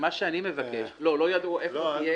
לא ידעו איפה יהיו המשרדים.